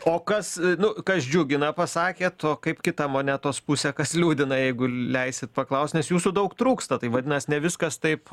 o kas nu kas džiugina pasakėt o kaip kita monetos pusė kas liūdina jeigu leisit paklaust nes jūsų daug trūksta tai vadinas ne viskas taip